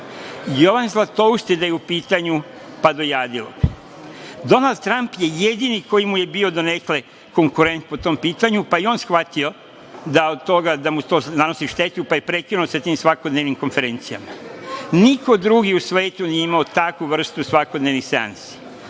Zlatousti da je u pitanju, pa dojadilo bi. Donald Tramp je jedini koji mu je bio donekle konkurent po tom pitanju, pa je i on shvatio da mu to nanosi štetu pa je prekinuo sa tim svakodnevnim konferencijama. Niko drugi u svetu nije imao takvu vrstu svakodnevnih seansi.